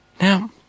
Now